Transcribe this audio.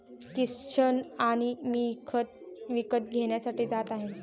किशन आणि मी खत विकत घेण्यासाठी जात आहे